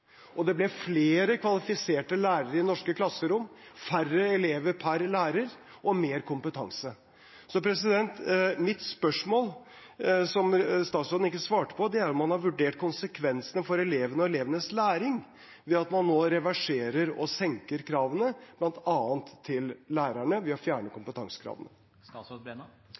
og det ble flere kvalifiserte lærere i norske klasserom, færre elever per lærer og mer kompetanse. Så mitt spørsmål, som statsråden ikke svarte på, er: Har man vurdert konsekvensene for elevene og elevenes læring når man nå reverserer og senker kravene, bl.a. til lærerne ved å fjerne kompetansekravene?